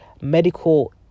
medical